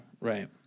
Right